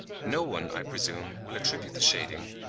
no one, i presume, will attribute the shading,